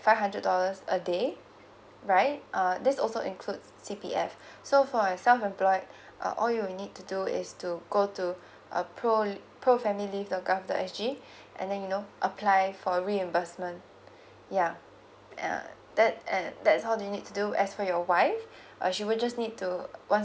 five hundred dollars a day right uh this also includes C P F so for self employed uh all you need to do is to go to uh pro l~ pro family leave dot gov dot S G and then you know apply for reimbursement yeah err that and that's how you need to do as for your wife uh she would just need to one